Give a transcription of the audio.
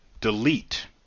Delete